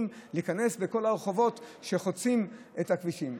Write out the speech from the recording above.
להיכנס בכל הרחובות שחוצים את הכבישים.